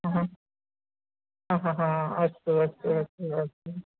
ह्म्म् हा हा हा अस्तु अस्तु अस्तु अस्तु